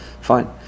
Fine